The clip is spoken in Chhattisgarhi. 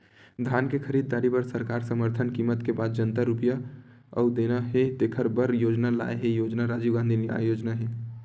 धान के खरीददारी बर सरकार समरथन कीमत के बाद जतना रूपिया अउ देना हे तेखर बर योजना लाए हे योजना राजीव गांधी न्याय योजना हे